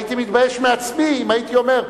הייתי מתבייש מעצמי אם הייתי אומר,